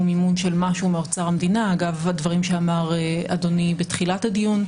מימון של משהו מאוצר המדינה אגב הדברים שאדוני אמר בתחילת הדיון.